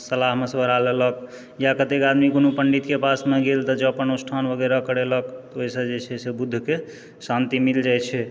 सलाह मशवरा लेलक या कतेक आदमी कोनो पण्डितके पासमे गेल तऽ जप अनुष्ठान वगैरह करैलक ओहिसँ जे छै से बुधके शान्ति मिल जाइत छै